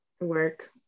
Work